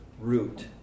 root